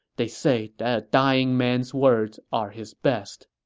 they say that a dying man's words are his best.